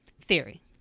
theory